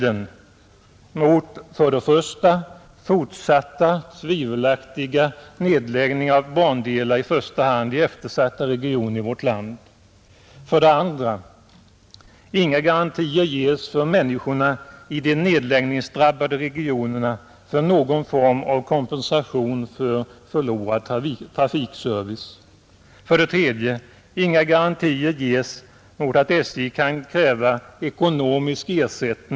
Inga garantier ges mot fortsatta tvivelaktiga nedläggningar av bandelar i första hand i eftersatta regioner i vårt land. 2. Inga garantier ges för att människorna i de nedläggningsdrabbade regionerna får någon form av kompensation för förlorad trafikservice. 4.